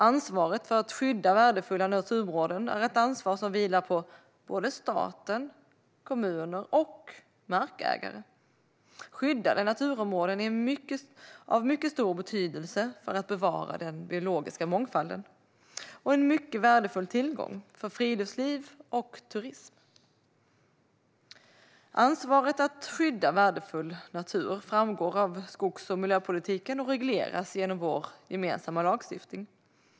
Ansvaret för att skydda värdefulla naturområden är ett ansvar som vilar på både staten och kommunerna och markägare. Skyddade naturområden är av mycket stor betydelse för att bevara den biologiska mångfalden och en mycket värdefull tillgång för friluftsliv och turism. Ansvaret för att skydda värdefull natur framgår av skogs och miljöpolitiken och regleras genom vår gemensamma lagstiftning.